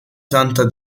santa